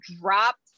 dropped